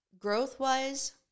Growth-wise